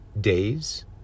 days